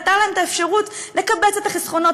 הייתה להם האפשרות לקבץ את החסכונות,